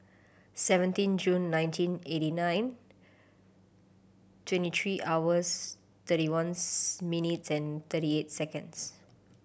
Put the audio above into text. seventeen June nineteen eighty nine twenty three hours thirty ones minutes and thirty eight seconds